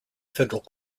federal